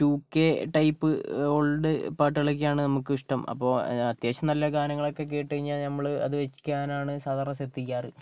ടൂക്കെ type old പാട്ടുകളൊക്കെയാണ് നമുക്കിഷ്ടം അപ്പോൾ അത്യാവശ്യം നല്ല ഗാനങ്ങളൊക്കെ കേട്ടു കഴിഞ്ഞാൽ നമ്മൾ അത് വെക്കാനാണ് സാധാരണ ശ്രദ്ധിക്കാറ്